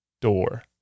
door